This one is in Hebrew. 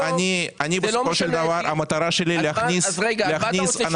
בסופו של דבר המטרה שלי להכניס אנשים